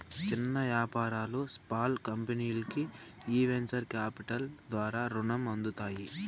చిన్న యాపారాలు, స్పాల్ కంపెనీల్కి ఈ వెంచర్ కాపిటల్ ద్వారా రునం అందుతాది